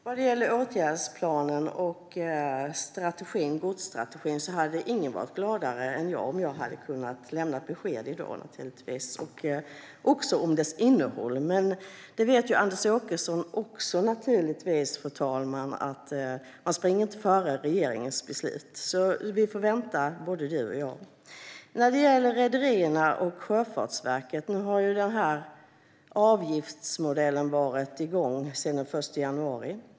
Fru talman! Vad gäller åtgärdsplanen och godsstrategin hade naturligtvis ingen varit gladare än jag om jag hade kunnat lämna besked i dag, också om innehållet. Men också Anders Åkesson vet förstås, fru talman, att man inte springer före regeringens beslut. Vi får vänta, både du och jag. När det gäller rederierna och Sjöfartsverket har avgiftsmodellen varit igång sedan den 1 januari.